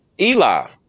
Eli